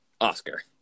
Oscar